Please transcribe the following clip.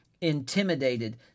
intimidated